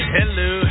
Hello